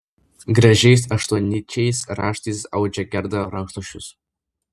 gražiais aštuonnyčiais raštais audžia gerda rankšluosčius